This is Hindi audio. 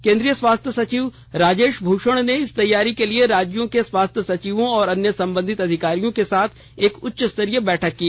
केंद्रीय स्वास्थ्य सचिव राजेश भूषण ने इस तैयारी के लिए राज्यों के स्वास्थ्य सचिव और अन्य संबंधित अधिकारियों के साथ एक उच्च स्तरीय बैठक की